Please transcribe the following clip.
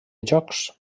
jocs